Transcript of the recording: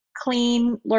clean